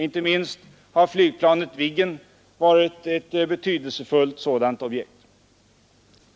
Inte minst har flygplanet Viggen varit ett betydelsefullt sådant objekt.